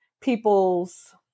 people's